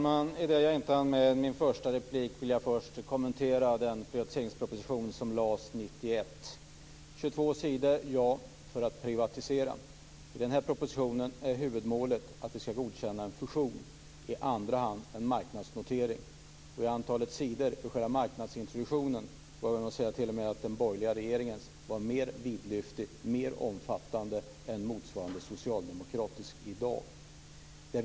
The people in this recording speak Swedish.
Fru talman! Jag vill först kommentera den privatiseringsproposition som lades fram 1991. Den omfattade 22 sidor. Huvudmålet för den proposition vi diskuterar i dag är att vi skall godkänna en fusion. I andra hand gäller det en marknadsnotering. När det gäller antalet sidor om själva marknadsintroduktionen var den borgerliga regeringens proposition mer omfattande än motsvarande socialdemokratisk proposition i dag.